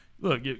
Look